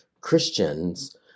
Christians